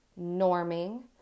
norming